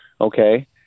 Okay